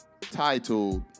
titled